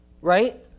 right